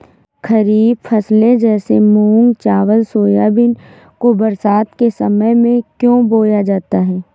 खरीफ फसले जैसे मूंग चावल सोयाबीन को बरसात के समय में क्यो बोया जाता है?